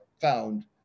found